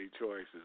choices